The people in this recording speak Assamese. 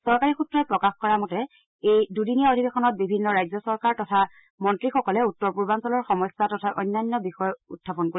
চৰকাৰী সূত্ৰই প্ৰকাশ কৰা এই দুদিনীয়া অধিবেশনত বিভিন্ন ৰাজ্যচৰকাৰ তথা মন্ত্ৰীসকলে উত্তৰপূৰ্বাঞলৰ সমস্যা তথা অন্যান্য বিষয় উত্থাপন কৰিব